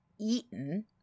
eaten